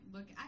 Look